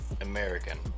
American